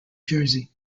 jersey